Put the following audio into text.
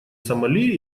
сомали